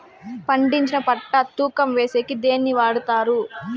పండించిన పంట తూకం వేసేకి దేన్ని వాడతారు?